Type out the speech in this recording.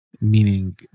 meaning